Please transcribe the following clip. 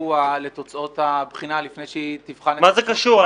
שבוע לתוצאות הבחינה לפני שהיא תבחן --- מה זה קשור?